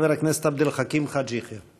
חבר הכנסת עבד אל חכים חאג' יחיא.